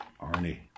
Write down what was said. Arnie